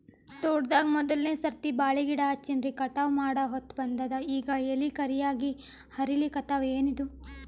ತೋಟದಾಗ ಮೋದಲನೆ ಸರ್ತಿ ಬಾಳಿ ಗಿಡ ಹಚ್ಚಿನ್ರಿ, ಕಟಾವ ಮಾಡಹೊತ್ತ ಬಂದದ ಈಗ ಎಲಿ ಕರಿಯಾಗಿ ಹರಿಲಿಕತ್ತಾವ, ಏನಿದು?